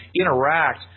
interact